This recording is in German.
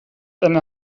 eine